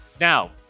Now